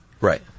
Right